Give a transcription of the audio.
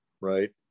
right